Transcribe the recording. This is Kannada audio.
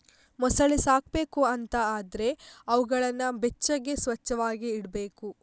ಮೊಸಳೆ ಸಾಕ್ಬೇಕು ಅಂತ ಆದ್ರೆ ಅವುಗಳನ್ನ ಬೆಚ್ಚಗೆ, ಸ್ವಚ್ಚವಾಗಿ ಇಡ್ಬೇಕು